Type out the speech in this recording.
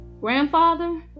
grandfather